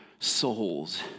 souls